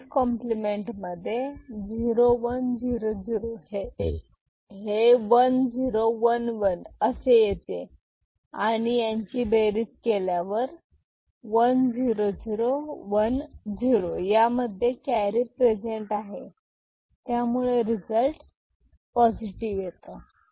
once complement मध्ये 0 1 0 0 हे 1011 असे येते आणि यांची बेरीज केल्यावर 1 0 0 1 0 यामध्ये कॅरी प्रेझेंट आहे त्यामुळे रिझल्ट पॉझिटिव येतो